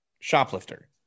shoplifter